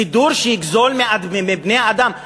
סידור שיגזול מבני-אדם?